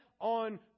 on